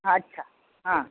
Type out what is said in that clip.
अच्छा हां